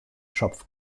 schopf